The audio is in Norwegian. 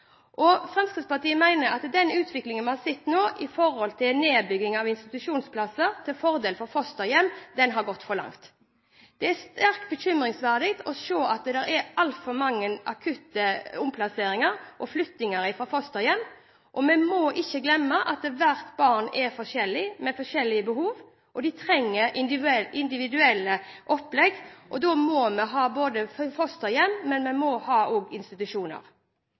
alvor. Fremskrittspartiet mener at den utviklingen vi har sett nå i forhold til nedbygging av institusjonsplasser til fordel for fosterhjem, har gått for langt. Det er sterkt bekymringsfullt å se at det er altfor mange akutte omplasseringer, flytting fra fosterhjem, og vi må ikke glemme at hvert barn er forskjellig med forskjellige behov. De trenger individuelle opplegg, og da må vi ha både fosterhjem og institusjoner.